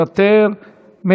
מוותר.